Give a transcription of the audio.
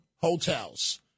hotels